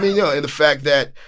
mean yeah and the fact that,